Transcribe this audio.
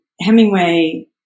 Hemingway